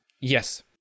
Yes